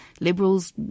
liberals